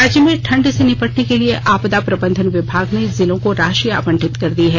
राज्य में ठंड से निपटने के लिए आपदा प्रबंधन विभाग ने जिलों को राशि आबंटित कर दी है